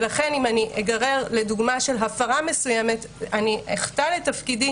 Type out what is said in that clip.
ולכן אם אני אגרר לדוגמה של הפרה מסוימת אני אחטא לתפקידי